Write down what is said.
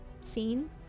scene